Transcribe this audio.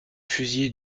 fusillés